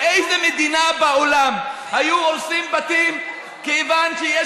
באיזה מדינה בעולם היו הורסים בתים כיוון שיש